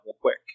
quick